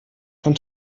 von